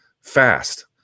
fast